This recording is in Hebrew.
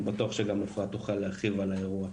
אני בטוח שגם אפרת תוכל להרחיב על האירוע.